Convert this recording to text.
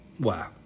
Wow